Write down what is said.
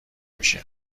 میشه